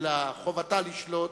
אלא חובתה לשלוט.